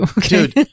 Dude